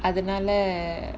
அதனால:athanaala